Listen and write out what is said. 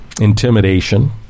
intimidation